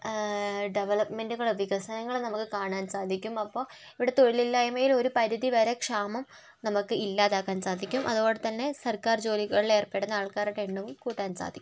ഡെവലപ്മെന്റുകളും വികസനങ്ങളും നമുക്ക് കാണാൻ സാധിക്കും അപ്പോള് ഇവിടെ തൊഴിലില്ലായ്മയിലൊരു പരിധിവരെ ക്ഷാമം നമുക്ക് ഇല്ലാതാക്കാൻ സാധിക്കും അതോടെ തന്നെ സർക്കാർ ജോലികളിലേർപ്പെടുന്ന ആൾക്കാരുടെ എണ്ണവും കൂട്ടാൻ സാധിക്കും